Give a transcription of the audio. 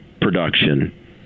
production